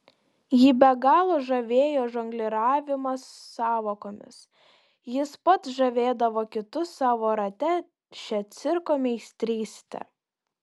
jį be galo žavėjo žongliravimas sąvokomis jis pats žavėdavo kitus savo rate šia cirko meistryste